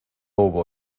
hubo